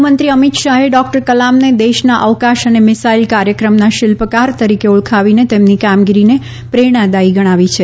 ગૃહમંત્રી અમિત શાહે ડોક્ટર કલામને દેશના અવકાશ અને મિસાઇલ કાર્યક્રમના શિલ્પકાર તરીકે ઓળખાવીને તેમની કામગીરીને પ્રેરણાદાયી ગણાવી છે